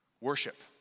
worship